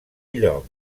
lloc